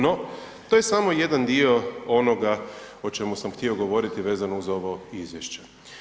No, to je samo jedan dio onoga o čemu sam htio govoriti vezano uz ovo izvješće.